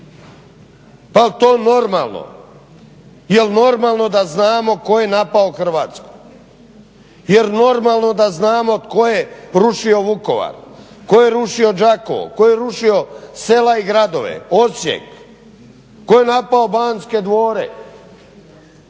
pa jel to normalno. Jel normalno da znamo tko je napao Hrvatsku, jel normalno da znamo tko je rušio Vukovar, tko je rušio Đakovo, tko je rušio sela i gradove, Osijek, tko je napao Banske dvore.